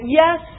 yes